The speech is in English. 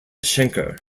schenker